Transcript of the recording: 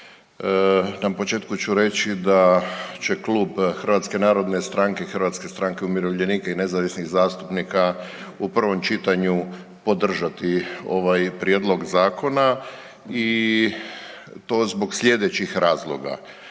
na početku ću reći da će Klub HNS-a, HSU-a i nezavisnih zastupnika u prvom čitanju podržati ovaj prijedlog zakona i to zbog slijedećih razloga.